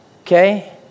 okay